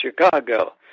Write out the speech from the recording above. Chicago